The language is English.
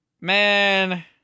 Man